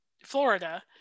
Florida